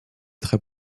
très